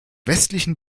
westlichen